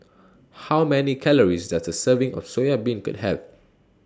How Many Calories Does A Serving of Soya Beancurd Have